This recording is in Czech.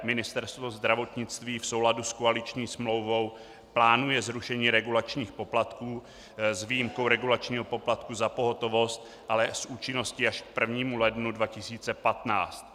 Ministerstvo zdravotnictví v souladu s koaliční smlouvou plánuje zrušení regulačních poplatků s výjimkou regulačního poplatku za pohotovost, ale s účinností až k 1. lednu 2015.